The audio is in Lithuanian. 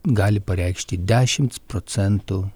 gali pareikšti dešimt procentų